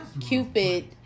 Cupid